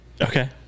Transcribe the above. Okay